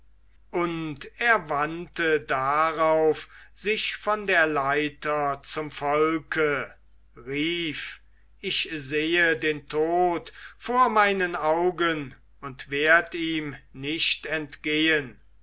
und er wandte darauf sich von der leiter zum volke rief ich sehe den tod vor meinen augen und werd ihm nicht entgehen